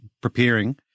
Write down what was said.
preparing